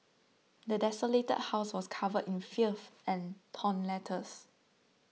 the desolated house was covered in filth and torn letters